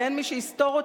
ואין מי שיסתור אותי,